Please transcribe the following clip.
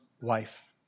wife